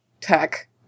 tech